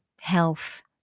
health